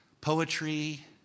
poetry